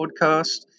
podcast